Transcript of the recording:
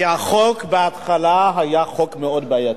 כי החוק בהתחלה היה חוק מאוד בעייתי,